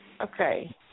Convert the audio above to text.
Okay